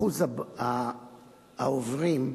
אחוז העוברים,